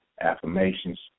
affirmations